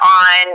on